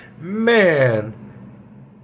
Man